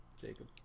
Jacob